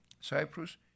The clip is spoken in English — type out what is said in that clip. Cyprus